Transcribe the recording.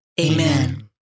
Amen